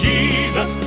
Jesus